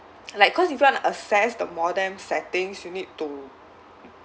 like because if you want to access the modem settings you need to